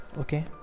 okay